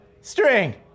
String